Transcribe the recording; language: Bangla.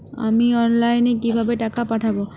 আমি অনলাইনে কিভাবে টাকা পাঠাব?